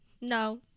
No